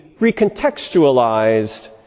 recontextualized